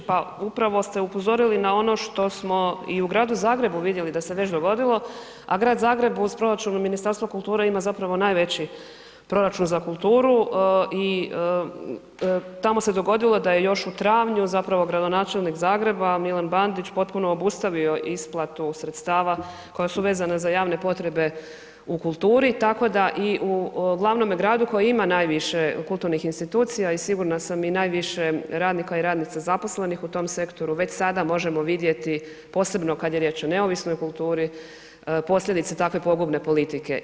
Da, kolegice Ahmetović pa upravo ste upozorili na ono što smo i u gradu Zagrebu vidjeli da se već dogodilo a grad Zagreb uz proračun Ministarstva kulture ima zapravo najveći proračun za kulturu i tamo se dogodilo da je još u travnju zapravo gradonačelnik Zagreba M. Bandić potpuno obustavio isplatu sredstava koja su vezana za javne potrebe u kulturi, tako da i u glavnome gradu koji ima najviše kulturnih institucija i sigurna sam i najviše radnika i radnica zaposlenih u tom sektoru, već sada možemo vidjeti posebno kad je riječ o neovisnoj kulturi, posljedice takve pogubne politike.